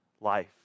life